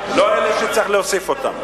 לא אלה שצריך להוסיף אותם.